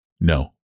No